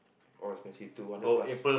all expensive two hundred plus